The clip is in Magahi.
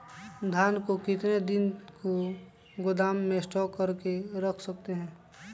धान को कितने दिन को गोदाम में स्टॉक करके रख सकते हैँ?